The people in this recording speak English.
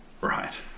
right